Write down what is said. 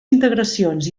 integracions